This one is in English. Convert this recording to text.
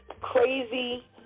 crazy